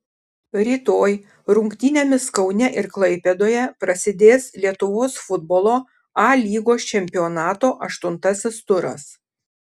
rytoj rungtynėmis kaune ir klaipėdoje prasidės lietuvos futbolo a lygos čempionato aštuntasis turas